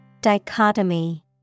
Dichotomy